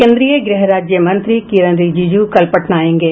केन्द्रीय गृह राज्य मंत्री किरन रिजिजू कल पटना आयेंगे